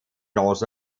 also